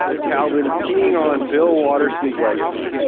ah calvin peeing on bill waterson's legacy.